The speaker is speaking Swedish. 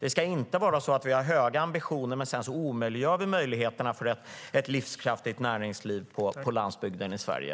Det ska inte vara så att vi har höga ambitioner men att vi sedan gör det omöjligt att upprätthålla ett livskraftigt näringsliv på landsbygden i Sverige.